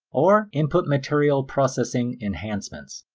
or input material processing enhancements.